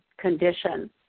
condition